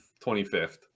25th